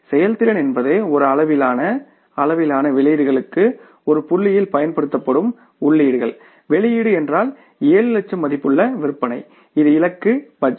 செயல்திறன் என்பது ஒரு அளவிலான அளவிலான வெளியீடுகளுக்கு ஒரு புள்ளியில் பயன்படுத்தப்படும் உள்ளீடுகள் வெளியீடு என்றால் 7 லட்சம் மதிப்புள்ள விற்பனை இது இலக்கு பட்ஜெட்